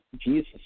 Jesus